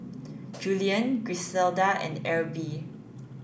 Julien Griselda and Erby